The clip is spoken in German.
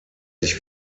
sich